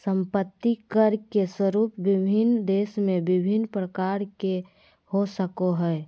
संपत्ति कर के स्वरूप विभिन्न देश में भिन्न प्रकार के हो सको हइ